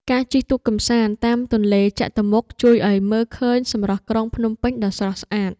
ការជិះទូកកម្សាន្តតាមទន្លេចតុមុខជួយឱ្យមើលឃើញសម្រស់ក្រុងភ្នំពេញដ៏ស្រស់ស្អាត។